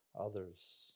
others